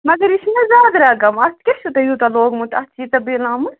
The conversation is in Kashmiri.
مگر یہِ چھُنَہ زیادٕ رَقم اَتھ کیٛاہ چھُو تۄہہِ یوٗتاہ لوگمُت اَتھ چھِ ییٖژاہ بِل آمٕژ